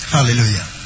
Hallelujah